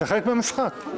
שנייה, יפעת.